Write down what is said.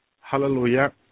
hallelujah